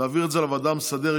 להעביר את זה לוועדה המסדרת,